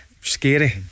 scary